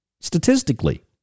statistically